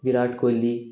Virat Kohli